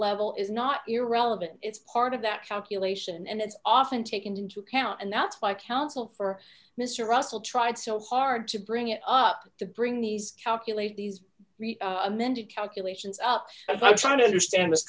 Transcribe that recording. level is not irrelevant it's part of that calculation and it's often taken into account and that's why counsel for miss russell tried so hard to bring it up to bring these calculate these amended calculations i'm trying to understand i